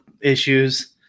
issues